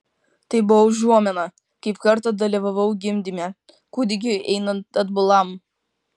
tai buvo užuomina kaip kartą dalyvavau gimdyme kūdikiui einant atbulam